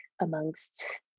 amongst